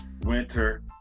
winter